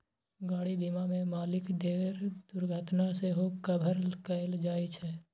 गाड़ी बीमा मे मालिक केर दुर्घटना सेहो कभर कएल जाइ छै